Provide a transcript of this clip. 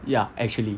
ya actually